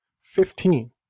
Fifteen